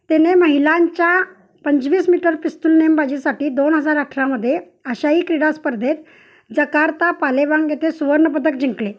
तिने महिलांच्या पंचवीस मीटर पिस्तुल नेमबाजीसाठी दोन हजार अठरामध्ये आशियाई क्रीडा स्पर्धेत जकार्ता पालेवांग येथे सुवर्णपदक जिंकले